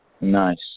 Nice